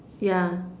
yeah